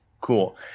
cool